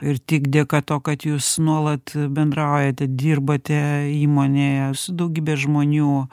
ir tik dėka to kad jūs nuolat bendraujate dirbate įmonėje su daugybe žmonių